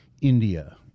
India